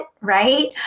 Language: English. Right